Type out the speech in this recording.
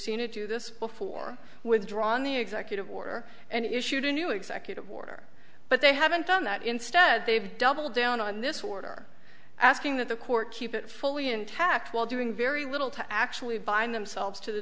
seen it do this before withdrawing the executive order and issued a new executive order but they haven't done that instead they've doubled down on this order asking that the court keep it fully intact while doing very little to actually bind themselves to the